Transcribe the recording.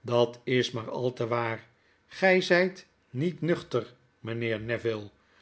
dat is maar al te waar gij zyt niet nuchter mynheer